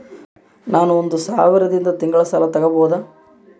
ನಾನು ಒಂದು ಸಾವಿರದಿಂದ ತಿಂಗಳ ಸಾಲ ತಗಬಹುದಾ?